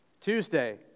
Tuesday